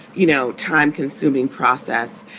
you know, time consuming process.